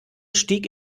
stieg